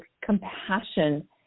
compassion